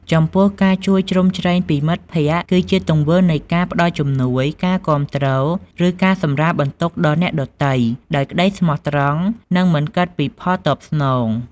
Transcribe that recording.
ចំពោះ ការជួយជ្រោមជ្រែងពីមិត្តភក្ដិ គឺជាទង្វើនៃការផ្តល់ជំនួយ ការគាំទ្រ ឬការសម្រាលបន្ទុកដល់អ្នកដទៃ ដោយក្តីស្មោះត្រង់ និងមិនគិតពីផលតបស្នង។